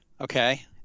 Okay